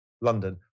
London